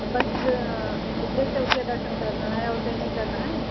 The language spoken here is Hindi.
बस सिपलेस चौकीया दर्शन करना है और कहीं नहीं करना है